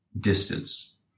distance